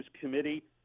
Committee